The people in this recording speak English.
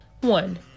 One